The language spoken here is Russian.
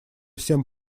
всем